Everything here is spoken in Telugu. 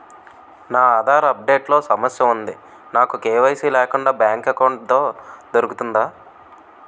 నా ఆధార్ అప్ డేట్ లో సమస్య వుంది నాకు కే.వై.సీ లేకుండా బ్యాంక్ ఎకౌంట్దొ రుకుతుందా?